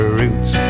roots